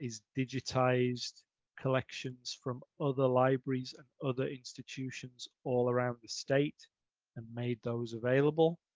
is digitized collections from other libraries and other institutions all around the state and made those available.